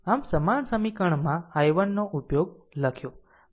આમ સમાન સમીકરણમાં i1 નો ઉપયોગ લખ્યો